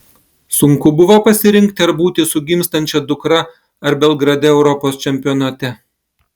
sunku buvo pasirinkti ar būti su gimstančia dukra ar belgrade europos čempionate